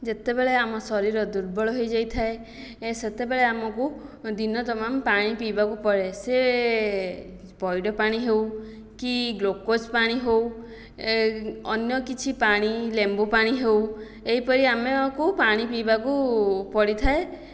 ଯେତେବେଳେ ଆମ ଶରୀର ଦୁର୍ବଳ ହୋଇଯାଇଥାଏ ସେତେବେଳେ ଆମକୁ ଦିନ ତମାମ୍ ପାଣି ପିଇବାକୁ ପଡ଼େ ସେ ପଇଡ଼ ପାଣି ହେଉ କି ଗ୍ଲୁକୋଜ୍ ପାଣି ହେଉ ଏ ଅନ୍ୟ କିଛି ପାଣି ଲେମ୍ବୁପାଣି ହେଉ ଏହିପରି ଆମକୁ ପାଣି ପିଇବାକୁ ପଡ଼ିଥାଏ